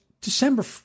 December